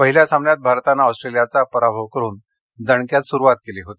पहिल्या सामन्यात भारतानं ऑस्ट्रेलियाचा पराभव करून दणक्यात सुरुवात केली होती